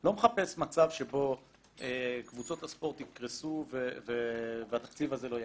לא מחפש מצב שקבוצות הספורט יקרסו והתקציב הזה לא יגיע.